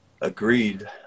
Agreed